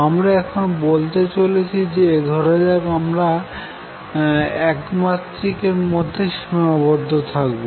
আমরা এখন বলতে চলেছি যে ধরাযাক আমরা একমাত্রিক এর মধ্যে সিমাবদ্ধ থাকবো